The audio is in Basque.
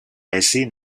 ezin